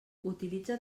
utilitza